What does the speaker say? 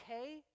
okay